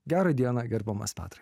gerą dieną gerbiamas petrai